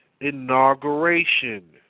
inauguration